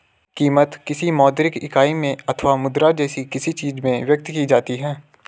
कीमत, किसी मौद्रिक इकाई में अथवा मुद्रा जैसी किसी चीज में व्यक्त की जाती है